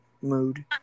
mood